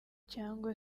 cyangwa